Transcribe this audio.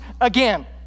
again